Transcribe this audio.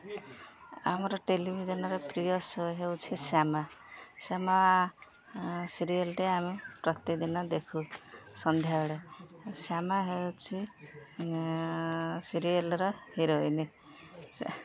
ଆମର ଟେଲିଭିଜନର ପ୍ରିୟ ସୋ ହେଉଛି ଶ୍ୟାମା ଶ୍ୟାମା ସିରିଏଲ୍ଟି ଆମେ ପ୍ରତିଦିନ ଦେଖୁ ସନ୍ଧ୍ୟାବେଳେ ଶ୍ୟାମା ହେଉଛି ସିରିଏଲ୍ର ହିରୋଇନ୍